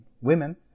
Women